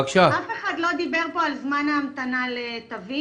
אף אחד לא דיבר פה על זמן המתנה לתווים,